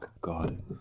God